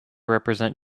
represent